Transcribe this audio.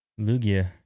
Lugia